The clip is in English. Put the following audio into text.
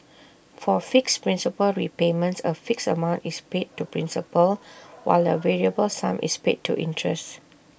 for fixed principal repayments A fixed amount is paid to principal while A variable sum is paid to interest